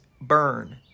burn